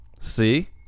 see